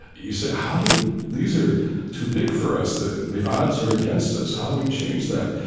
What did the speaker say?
you say, how do we these are too big for us. the the odds are against us. how do we change that?